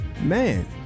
man